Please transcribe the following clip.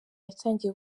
yatangiye